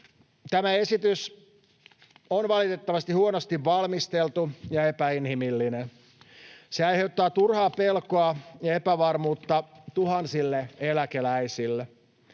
Tämä esitys on valitettavasti huonosti valmisteltu ja epäinhimillinen. Se aiheuttaa turhaa pelkoa ja epävarmuutta tuhansille eläkeläisille.